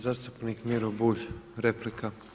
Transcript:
Zastupnik Miro Bulj, replika.